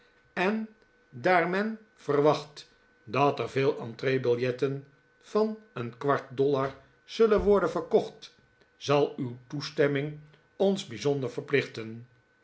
en daar men verwacht dat er veel entreebiljetten van een kwartdollar zullen worden verkocht zal uw toestemming ons bijzonder verplichten